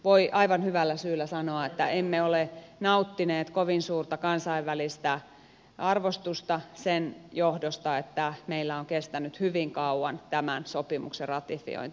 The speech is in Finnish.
voi aivan hyvällä syyllä sanoa että emme ole nauttineet kovin suurta kansainvälistä arvostusta sen johdosta että meillä on kestänyt hyvin kauan tämän sopimuksen ratifiointi